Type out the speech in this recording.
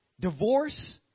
Divorce